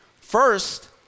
First